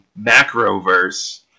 Macroverse